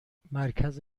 مرکز